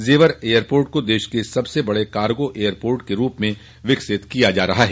जेवर एयरपोर्ट को देश के सबसे बड़े कार्गो एयरपोर्ट के रूप में विकसित किया जा रहा है